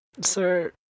sir